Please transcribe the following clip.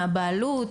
מהבעלות,